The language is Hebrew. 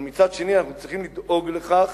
אבל מצד שני, אנחנו צריכים לדאוג לכך